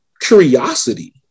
curiosity